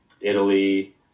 Italy